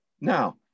Now